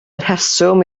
rheswm